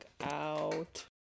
out